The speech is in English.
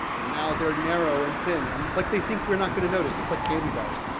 now they're narrow and thin. and like they think we're not going to notice, it's like candy bars.